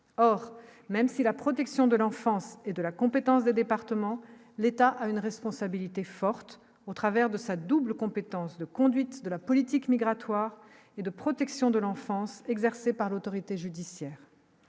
or, même si la protection de l'enfance et de la compétence des départements, l'État a une responsabilité forte au travers de sa double compétence de conduite de la politique migratoire et de protection de l'enfance exercée par l'autorité judiciaire.